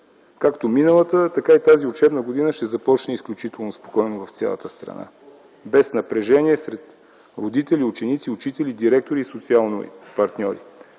както миналата, така и тази учебна година ще започне изключително спокойно в цялата страна – без напрежение сред родители, ученици, учители, директори и социални партньори.